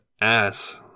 ass